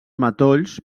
matolls